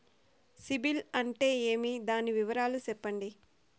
సిబిల్ అంటే ఏమి? దాని వివరాలు సెప్పండి?